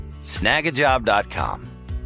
Snagajob.com